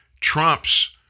Trump's